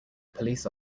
police